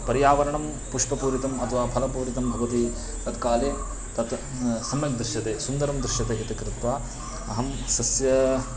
पर्यावरणं पुष्पपूरितम् अथवा फलपूरितं भवति तत्काले तत् सम्यक् दृश्यते सुन्दरं दृश्यते इति कृत्वा अहं सस्य